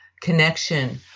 connection